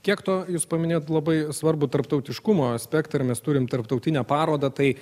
kiek to jūs paminėjot labai svarbų tarptautiškumo aspektą ir mes turim tarptautinę parodą tai